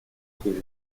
хуже